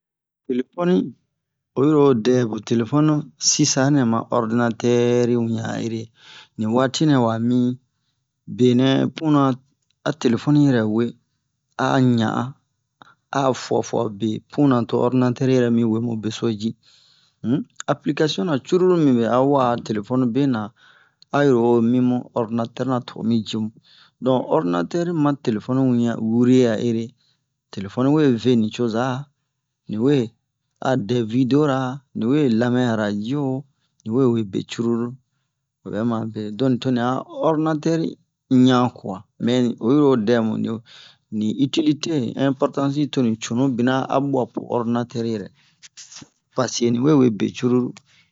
telefoni oyi ro o dɛ bun telefoni sisa nɛ ma ordinatɛri wian a ere ni waati nɛ wa mi be nɛ puna a telefoni yɛrɛ we a'a ɲa'a a fua fua be puna po ordinatɛr yɛrɛ mi we mu beso ji um aplikation na cruru mibin a wa'a telefoni bena a yi ro o mi mu ordinatɛr na to o mi ji mu don ordinatɛr ma telefoni wian wure a ere telefoni we ve nicoza ni we a dɛ video ra ni we lamɛn radio niwe we be cruru obɛ ma mu be don toni a ordinatɛr ɲa kwa mɛ oyi ro o dɛ mu ni ni itilite ni inportansi toni cunu bina a bwa po ordinatɛr ɛrɛ paseke niwe we be cruru